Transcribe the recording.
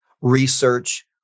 research